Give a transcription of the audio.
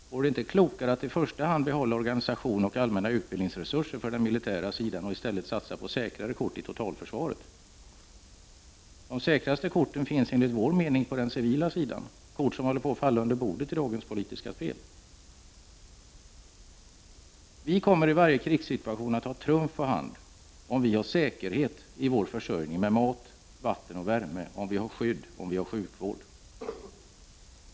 Vore det inte klokare att i första hand behålla organisation och allmänna utbildningsresurser för den militära sidan och i stället satsa på säkrare kort i totalförsvaret? De säkraste korten finns enligt vår mening på den civila sidan, kort som håller på att falla under bordet i dagens politiska spel. Vi kommer i varje krigssituation att ha trumf på hand, om vi har säkerhet i vår försörjning med mat, vatten och värme, om vi har skydd, om vi har sjukvård.